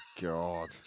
God